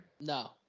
No